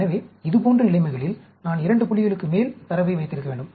எனவே இதுபோன்ற நிலைமைகளில் நான் இரண்டு புள்ளிகளுக்கு மேல் தரவை வைத்திருக்க வேண்டும்